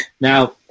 Now